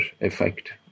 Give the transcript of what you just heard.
effect